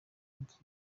mufata